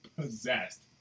possessed